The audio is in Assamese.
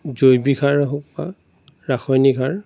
জৈৱিক সাৰেই হওক বা ৰাসায়নিক সাৰ